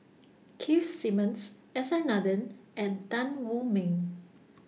Keith Simmons S R Nathan and Tan Wu Meng